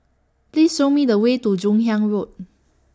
Please Show Me The Way to Joon Hiang Road